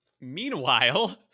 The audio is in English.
Meanwhile